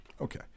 Okay